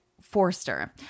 Forster